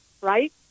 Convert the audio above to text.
right